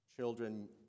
Children